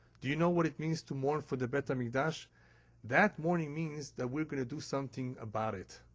do you know what it means to mourn for the but i mean temple? that mourning means that we're going to do something about it.